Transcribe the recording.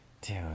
Dude